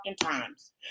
times